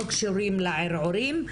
לא קשורים לערעורים,